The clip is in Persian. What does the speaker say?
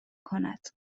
کند